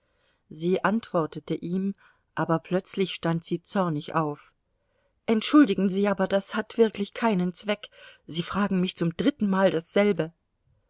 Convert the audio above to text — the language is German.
sie antwortete ihm aber plötzlich stand sie zornig auf entschuldigen sie aber das hat wirklich keinen zweck sie fragen mich zum dritten mal dasselbe